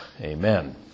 Amen